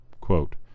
quote